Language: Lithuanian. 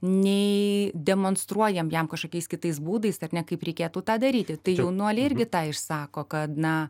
nei demonstruojam jam kažkokiais kitais būdais ar ne kaip reikėtų tą daryti tai jaunuoliai irgi tą išsako kad na